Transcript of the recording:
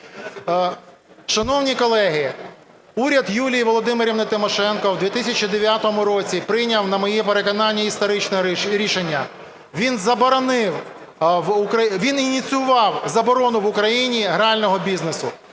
Шановні колеги, уряд Юлії Володимирівни Тимошенко в 2009 році прийняв, на моє переконання, історичне рішення. Він заборонив, він ініціював заборону в Україні грального бізнесу.